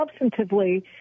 Substantively